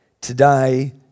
today